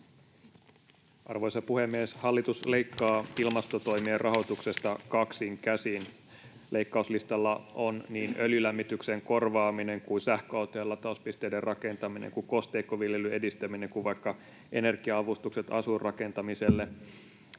Arvoisa puhemies! Hallitus leikkaa ilmastotoimien rahoituksesta kaksin käsin. Leikkauslistalla on niin öljylämmityksen korvaaminen kuin sähköautojen latauspisteiden rakentaminen kuin kosteikkoviljelyn edistäminen kuin vaikka energia-avustukset asuinrakentamiselle.